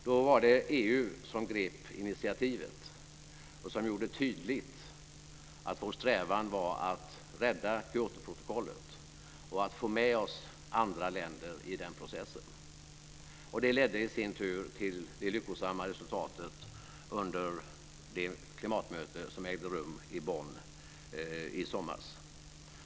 Då var det EU som grep initiativet och som gjorde tydligt att vår strävan var att rädda Kyotoprotokollet och att få med oss andra länder i den processen. Det i sin tur ledde fram till det lyckosamma resultatet på det klimatmöte som ägde rum i Bonn i somras.